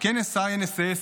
כנס INSS,